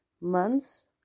months